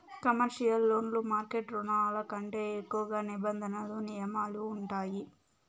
commercial లోన్లు market రుణాల కంటే ఎక్కువ నిబంధనలు నియమాలు ఉంటాయి